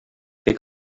fer